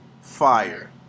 fire